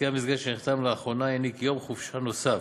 הסכם מסגרת שנחתם לאחרונה העניק יום חופשה נוסף